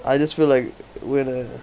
I just feel like when a